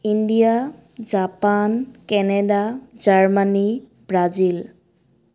India Japan Canada Germany Brazil